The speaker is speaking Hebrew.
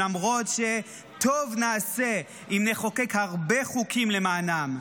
למרות שטוב נעשה אם נחוקק הרבה חוקים למענם.